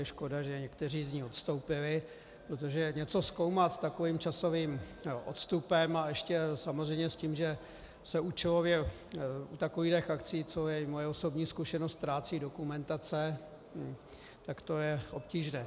Je škoda, že někteří z nich odstoupili, protože něco zkoumat s takovým časovým odstupem a ještě samozřejmě s tím, že se účelově u takovýchhle akcí, co je i moje osobní zkušenost, ztrácí dokumentace, tak to je obtížné.